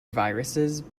viruses